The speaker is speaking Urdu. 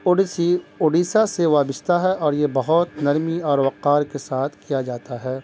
اڈیسی اڈیسہ سے وابشتہ ہے اور یہ بہت نرمی اور وقار کے ساتھ کیا جاتا ہے